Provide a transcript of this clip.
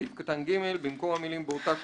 בסעיף קטן (ג), במקום המילים "באותה שנה"